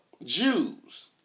Jews